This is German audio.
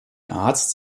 arzt